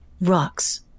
rocks